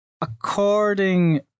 according